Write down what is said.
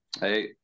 Hey